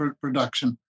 production